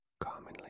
commonly